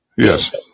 Yes